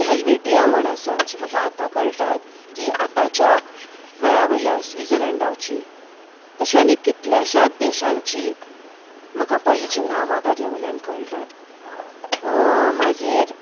थोडी हेल्वेटिया म्हण आसा जी म्हाका आतां कळटा ती आताच्या वेळांवयल्या स्विझलेंडाची तशें आनी कितल्याशांच देशांची म्हाका पयलींची नांवा ताजे वेल्यान कळटात मागीर